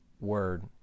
Word